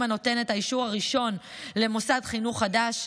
הנותן את האישור הראשון למוסד חינוך חדש.